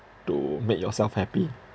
to make yourself happy